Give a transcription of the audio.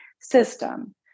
system